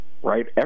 Right